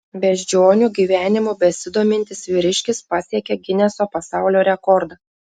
beždžionių gyvenimu besidomintis vyriškis pasiekė gineso pasaulio rekordą